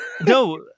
No